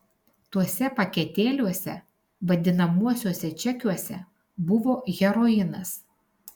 tuose paketėliuose vadinamuosiuose čekiuose buvo heroinas